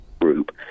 group